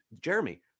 Jeremy